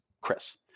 Chris